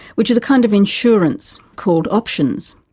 which is a kind of insurance, called options.